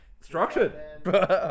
Structured